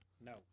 No